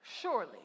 Surely